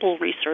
research